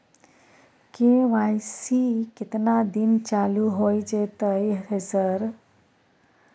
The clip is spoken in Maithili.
के.वाई.सी केतना दिन चालू होय जेतै है सर?